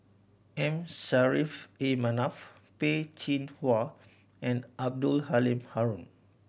M Saffri A Manaf Peh Chin Hua and Abdul Halim Haron